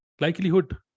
Likelihood